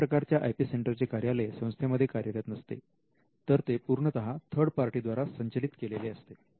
या प्रकारच्या I P centre चे कार्यालय संस्थेमध्ये कार्यरत नसते तर ते पूर्णतः थर्ड पार्टी द्वारा संचलित केलेले असते